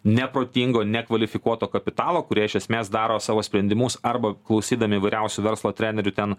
neprotingo nekvalifikuoto kapitalo kurie iš esmės daro savo sprendimus arba klausydami įvairiausių verslo trenerių ten